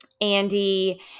Andy